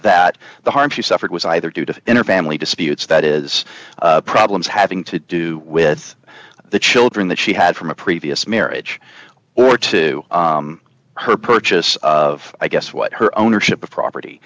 that the harm she suffered was either due to inner family disputes that is problems having to do with the children that she had from a previous marriage or to her purchase of i guess what her ownership of property